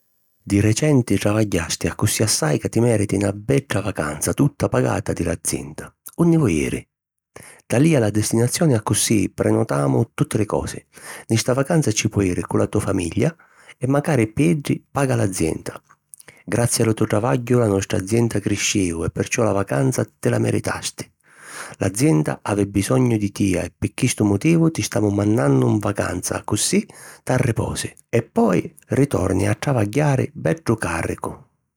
Di recenti travagghiasti accussì assai ca ti mèriti na bedda vacanza tutta pagata di l’azienda. Unni vo' jiri? Talìa la destinazioni accussì prenotamu tutti li cosi. Nni sta vacanza ci po' jiri cu la to famigghia e macari pi iddi paga l’azienda. Grazi a lu to travagghiu la nostra azienda criscìu e perciò la vacanza ti la meritasti. L’azienda havi bisognu di tia e pi chistu motivu ti stamu mannannu in vacanza accussì t'arriposi e poi ritorni a travagghiari beddu càrricu.